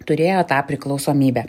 turėjo tą priklausomybę